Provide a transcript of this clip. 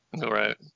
Right